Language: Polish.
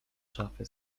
szafy